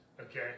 okay